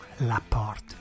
Laporte